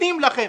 נותנים לכם.